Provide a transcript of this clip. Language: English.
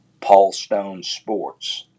paulstonesports